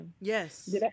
Yes